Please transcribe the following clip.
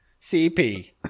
CP